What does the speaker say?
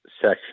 section